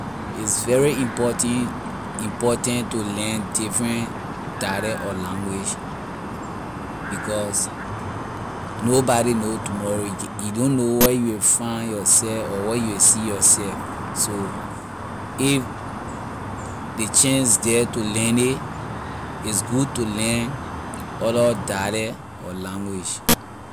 It’s very important important to learn different dialect or language because nobody know tomorrow you you don’t know where you will find yourself or where you will see yourself so if ley chance the to learn it is good to learn other dialect or language.